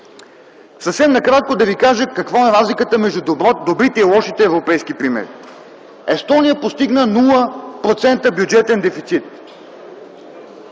Съвсем накратко ще ви кажа каква е разликата между добрите и лошите европейски примери. Естония постигна нула процента бюджетен дефицит.